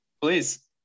Please